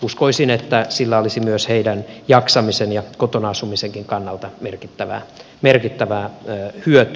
uskoisin että siitä olisi myös heidän jaksamisen ja kotona asumisenkin kannalta merkittävää hyötyä